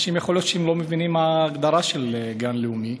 יכול להיות שאנשים לא מבינים מה ההגדרה של גן לאומי.